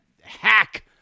hack